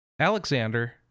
Alexander